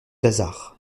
hasard